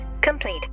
complete